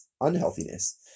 unhealthiness